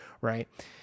Right